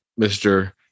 Mr